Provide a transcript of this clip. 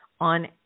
on